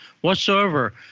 whatsoever